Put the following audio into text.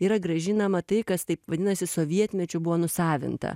yra grąžinama tai kas taip vadinasi sovietmečiu buvo nusavinta